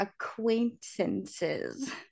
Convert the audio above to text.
acquaintances